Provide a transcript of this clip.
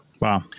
Wow